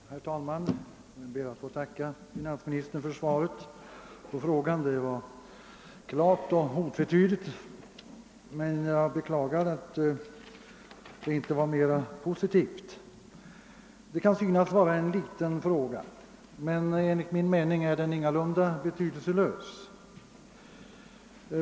Herr talman! Jag ber att få tacka finansministern för svaret som var klart och otvetydigt. Jag beklagar emellertid att det inte var mera positivt. Det kan synas vara en liten fråga, men enligt min mening är den ingalunda betydelselös.